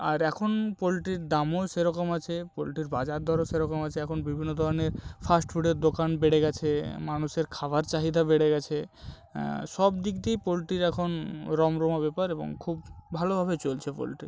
আর এখন পোলট্রির দামও সেরকম আছে পোলট্রির বাজার দরও সেরকম আছে এখন বিভিন্ন ধরনের ফাস্ট ফুডের দোকান বেড়ে গেছে মানুষের খাবার চাহিদা বেড়ে গেছে সব দিক দিয়েই পোলট্রির এখন রমরমা ব্যাপার এবং খুব ভালোভাবে চলছে পোলট্রি